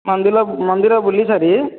ମନ୍ଦିର ମନ୍ଦିର ବୁଲିସାରି